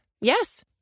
Yes